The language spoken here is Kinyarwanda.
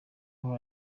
aho